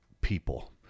people